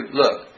look